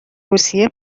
روسیه